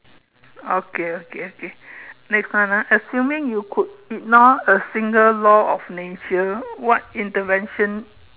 okay okay okay next one ah assuming you could ignore a single law of nature what intervention